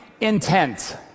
intent